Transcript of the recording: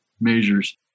measures